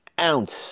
ounce